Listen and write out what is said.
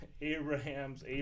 Abraham's